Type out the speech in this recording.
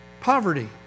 Poverty